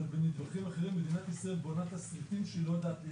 אבל בנדבכים אחרים מדינת ישראל בונה תסריטים שהיא לא יודעת ליישם.